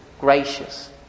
gracious